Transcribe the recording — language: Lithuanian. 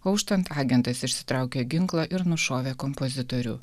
auštant agentas išsitraukė ginklą ir nušovė kompozitorių